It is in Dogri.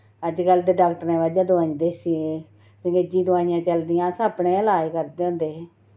अज्जकल ते डाक्टरें दवाईं देसी अंग्रेजी दवाइयां चलदियां अस अपने गै लाज करदे होंदे हे